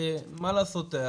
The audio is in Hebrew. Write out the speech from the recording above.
שמה לעשות,